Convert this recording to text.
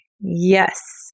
Yes